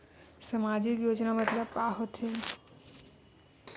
सामजिक योजना मतलब का होथे?